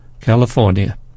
California